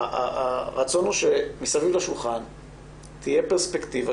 הרצון הוא שמסביב לשולחן תהיה פרספקטיבה